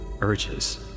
urges